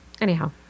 anyhow